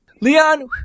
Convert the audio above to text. Leon